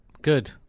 Good